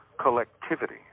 collectivity